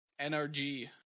NRG